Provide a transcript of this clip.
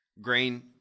Grain